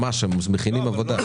ממש, הם מכינים עבודה.